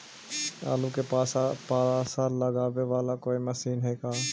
आलू मे पासा लगाबे बाला कोइ मशीन है का?